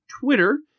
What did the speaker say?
Twitter